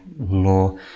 law